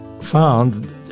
found